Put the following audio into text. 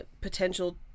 potential